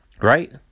right